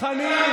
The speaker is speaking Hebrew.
חוסמים תכנים.